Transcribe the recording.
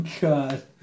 God